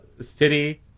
city